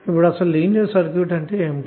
ఇప్పుడు అసలు linear circuit అంటే ఏమిటి